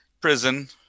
prison